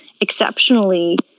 exceptionally